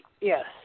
Yes